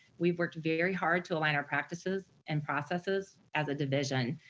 we've worked very hard to align our practices and processes as a division.